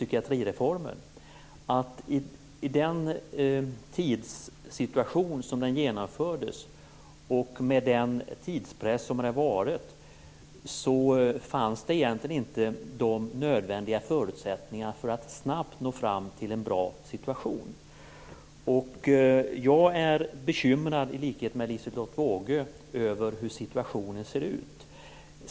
Samtidigt skall vi vara medvetna om att i den tidssituation den genomfördes och med den tidspress som varit fanns inte de nödvändiga förutsättningarna för att snabbt nå fram till en bra situation. Jag är i likhet med Liselotte Wågö bekymrad över hur situationen ser ut.